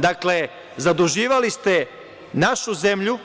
Dakle, zaduživali ste našu zemlju,